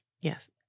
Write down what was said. Yes